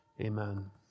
amen